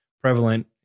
prevalent